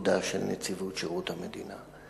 בתפקודה של נציבות שירות המדינה,